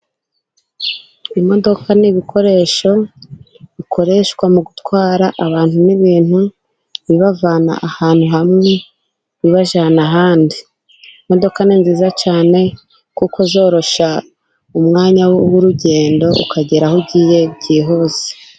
Imodoka ni ibikoresho bikoreshwa mu gutwara abantu n'ibintu bibavana ahantu hamwe bibajyana ahandi. Imodoka ni nziza cyane kuko zoroshya umwanya w'urugendo, ukagera aho ugiye byihuse.